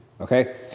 okay